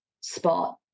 spot